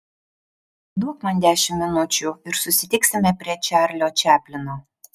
duok man dešimt minučių ir susitiksime prie čarlio čaplino